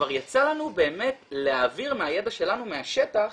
וכבר יצא לנו באמת להעביר מהידע שלנו מהשטח